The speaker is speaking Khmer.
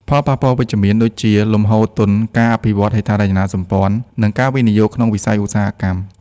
ផលប៉ះពាល់វិជ្ជមានដូចជា លំហូរទុន ការអភិវឌ្ឍន៍ហេដ្ឋារចនាសម្ព័ន្ធ និងការវិនិយោគក្នុងវិស័យឧស្សាហកម្ម។